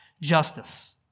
justice